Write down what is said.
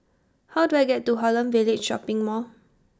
How Do I get to Holland Village Shopping Mall